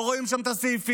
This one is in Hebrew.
לא רואים שם את הסעיפים.